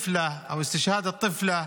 חבר הכנסת מאיר כהן.